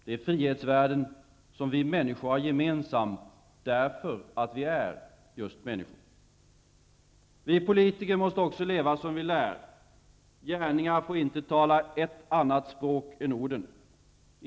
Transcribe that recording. Det är frihetsvärden som vi människor har gemensamt därför att vi är just människor. Vi politiker måste också leva som vi lär. Gärningarna får inte tala ett annat språk än orden.